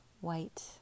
white